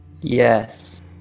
Yes